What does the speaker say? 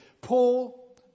Paul